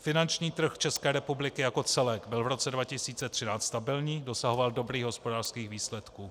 Finanční trh České republiky jako celek byl v roce 2013 stabilní, dosahoval dobrých hospodářských výsledků.